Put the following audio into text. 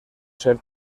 ser